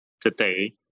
today